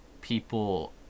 people